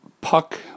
Puck